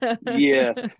Yes